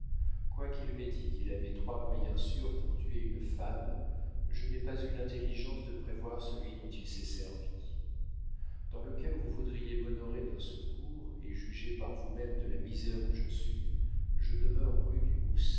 quoiqu'il m'ait dit qu'il avait trois moyens sûrs pour tuer une femme je n'ai pas eu l'intelligence de prévoir celui dont il s'est servi dans le cas où vous voudriez m'honorer d'un secours et juger par vous-même de la misère où je suis je demeure rue du